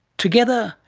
together,